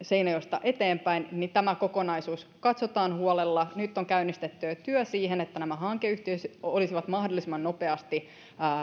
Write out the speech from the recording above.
seinäjoesta eteenpäin niin tämä kokonaisuus katsotaan huolella nyt on jo käynnistetty työ siihen että nämä hankeyhtiöt olisivat mahdollisimman nopeasti